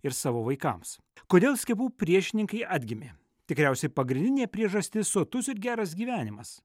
ir savo vaikams kodėl skiepų priešininkai atgimė tikriausiai pagrindinė priežastis sotus ir geras gyvenimas